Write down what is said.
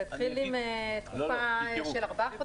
זה התחיל מתקופה של ארבעה חודשים.